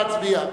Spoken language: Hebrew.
נא להצביע.